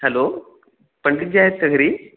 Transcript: hello पंडितजी आहेत का घरी